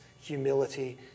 humility